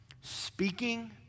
Speaking